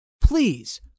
Please